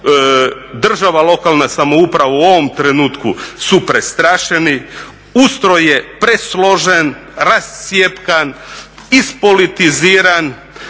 država, lokalna samouprava u ovom trenutku su prestrašeni, ustroj je presložen, rascjepkan, ispolitiziran